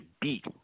beat